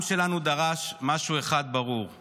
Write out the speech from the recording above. השנה, בשורה טובה לעם ישראל.